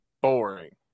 boring